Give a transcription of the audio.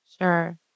Sure